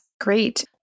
Great